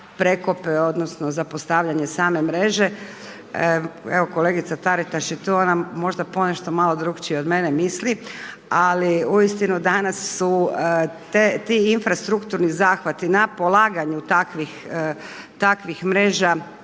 prekope, odnosno za postavljanje same mreže. Evo kolegica Taritaš je tu ona možda ponešto malo drukčije od mene misli ali uistinu su ti infrastrukturni zahvati na polaganju takvih mreža